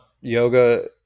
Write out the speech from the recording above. yoga